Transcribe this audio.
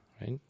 right